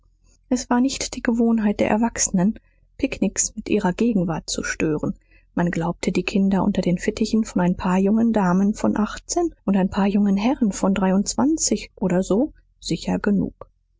es war nicht die gewohnheit der erwachsenen picknicks mit ihrer gegenwart zu stören man glaubte die kinder unter den fittichen von ein paar jungen damen von achtzehn und ein paar jungen herren von dreiundzwanzig oder so sicher genug